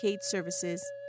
Services